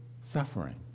suffering